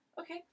Okay